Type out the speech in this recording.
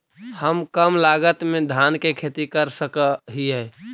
हम कम लागत में धान के खेती कर सकहिय?